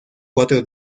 cuatro